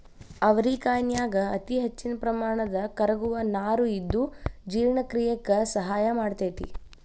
ಅವರಿಕಾಯನ್ಯಾಗ ಅತಿಹೆಚ್ಚಿನ ಪ್ರಮಾಣದ ಕರಗುವ ನಾರು ಇದ್ದು ಜೇರ್ಣಕ್ರಿಯೆಕ ಸಹಾಯ ಮಾಡ್ತೆತಿ